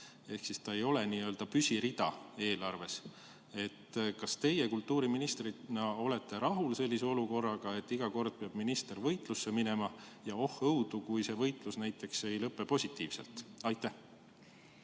See ei ole n-ö püsirida eelarves. Kas teie kultuuriministrina olete rahul olukorraga, et iga kord peab minister võitlusse minema? Ja oh õudu, kui see võitlus ei lõpe positiivselt. Aitäh